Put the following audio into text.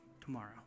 tomorrow